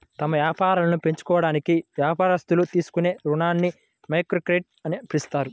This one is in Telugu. తమ వ్యాపారాలను పెంచుకోవడానికి వ్యాపారస్తులు తీసుకునే రుణాలని మైక్రోక్రెడిట్ అని పిలుస్తారు